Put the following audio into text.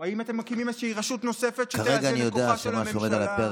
האם אתם מקימים איזו רשות נוספת שתאזן את כוחה של הממשלה?